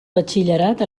batxillerat